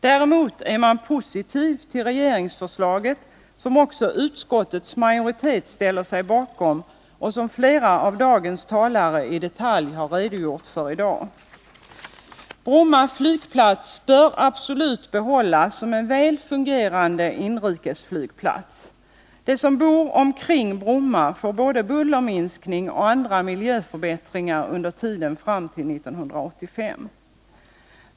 Däremot är man positiv till regeringsförslaget, som också utskottets majoritet ställer sig bakom och som flera talare i detalj har redogjort för i dag. Bromma flygplats bör absolut behållas som en väl fungerande inrikesflygplats. De som bor omkring Bromma får både bullerminskning och andra miljöförbättringar under tiden fram till 1985.